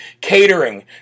catering